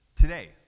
today